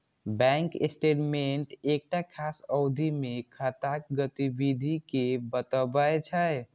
bank statement एकटा खास अवधि मे खाताक गतिविधि कें बतबै छै